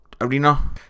Arena